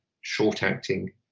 short-acting